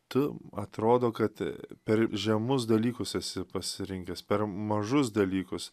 tu atrodo kad per žemus dalykus esi pasirinkęs per mažus dalykus